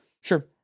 Sure